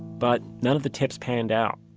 but none of the tips panned out